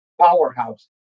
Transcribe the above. powerhouse